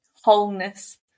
wholeness